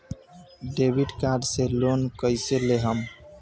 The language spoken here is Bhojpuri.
डेबिट कार्ड से लोन कईसे लेहम?